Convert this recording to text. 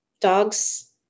dogs